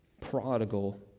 prodigal